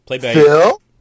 Phil